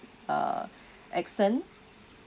uh accent